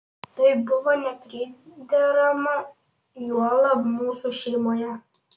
tai buvo nepriderama juolab mūsų šeimoje